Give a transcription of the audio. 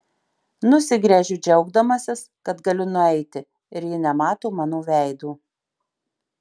nusigręžiu džiaugdamasis kad galiu nueiti ir ji nemato mano veido